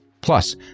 Plus